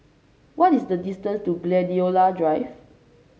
what is the distance to Gladiola Drive